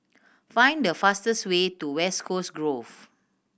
find the fastest way to West Coast Grove